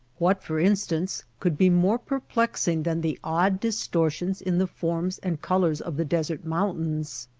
what, for instance, could be more perplexing than the odd distortions in the forms and col ors of the desert mountains!